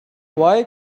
why